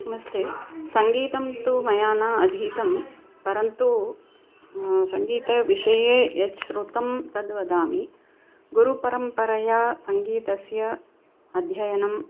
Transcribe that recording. नमस्ते सङ्गीतं तु मया न अधीतं परन्तु सङ्गीतविषये यत् श्रुतं तद् वदामि गुरुपरम्परया सङ्गीतस्य अध्ययनम्